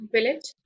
Village